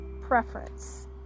preference